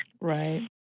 Right